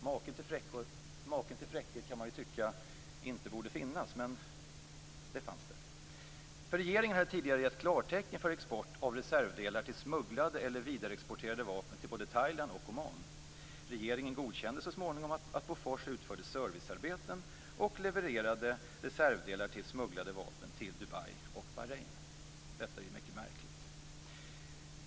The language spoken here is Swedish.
Maken till fräckhet kan man ju tycka inte borde finnas. Men det fanns det. Regeringen hade tidigare givit klartecken för export av reservdelar till smugglade eller vidareexporterade vapen till både Thailand och Oman. Regeringen godkände så småningom att Bofors utförde servicearbeten och levererade reservdelar till smugglade vapen till Dubai och Bahrain. Detta är ju mycket märkligt.